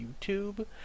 YouTube